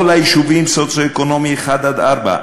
כל היישובים בדירוג סוציו-אקונומי 1 4,